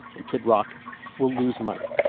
and kid rock will lose money.